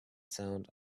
sound